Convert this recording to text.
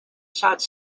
shots